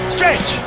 Stretch